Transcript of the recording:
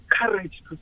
courage